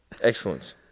Excellence